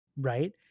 right